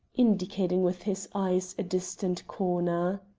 indicating with his eyes a distant corner.